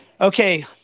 okay